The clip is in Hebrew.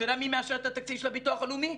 אתה יודע מי מאשר את התקציב של הביטוח הלאומי?